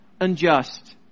unjust